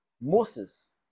Moses